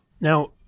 Now